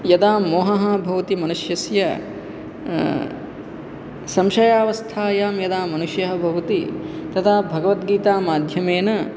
यदा मोहः भवति मनुष्यस्य संशयावस्थायां यदा मनुष्यः भवति तदा भगवद्गीतामाध्यमेन